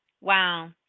Wow